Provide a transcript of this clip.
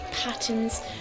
patterns